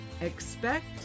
expect